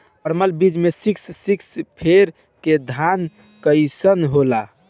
परमल बीज मे सिक्स सिक्स फोर के धान कईसन होला?